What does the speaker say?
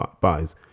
buys